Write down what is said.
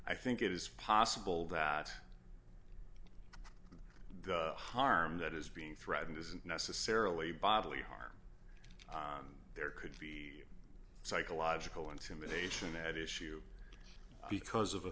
i think it is possible that harm that is being threatened isn't necessarily bodily harm there could be psychological intimidation at issue because of